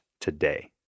today